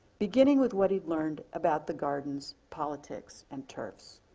beginning with what he'd learned about the garden's politics and turfs.